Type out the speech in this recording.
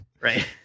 right